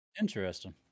interesting